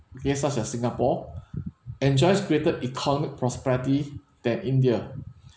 okay such as singapore enjoys greater economic prosperity than india